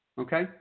Okay